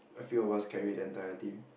a few of us carried the entire team